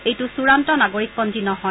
এইটো চূড়ান্ত নাগৰিক পঞ্জী নহয়